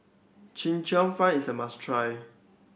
Chee Cheong Fun is a must try